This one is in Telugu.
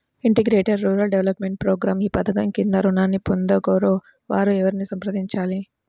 ఇంటిగ్రేటెడ్ రూరల్ డెవలప్మెంట్ ప్రోగ్రాం ఈ పధకం క్రింద ఋణాన్ని పొందగోరే వారు ఎవరిని సంప్రదించాలి?